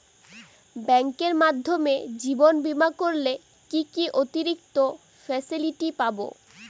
ব্যাংকের মাধ্যমে জীবন বীমা করলে কি কি অতিরিক্ত ফেসিলিটি পাব?